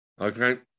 Okay